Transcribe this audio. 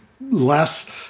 less